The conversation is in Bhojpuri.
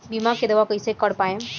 बीमा के दावा कईसे कर पाएम?